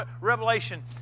Revelation